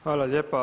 Hvala lijepa.